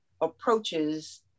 approaches